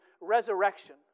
resurrection